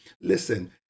Listen